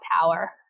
power